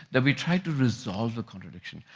that we try to resolve the contradiction.